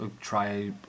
try